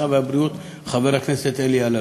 הרווחה והבריאות חבר הכנסת אלי אלאלוף.